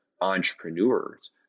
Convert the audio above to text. entrepreneurs